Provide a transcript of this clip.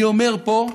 אני אומר פה,